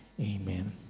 Amen